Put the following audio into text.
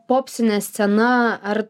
popsinė scena ar